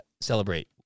celebrate